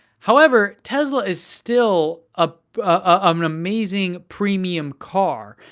however, tesla is still ah um an amazing premium car,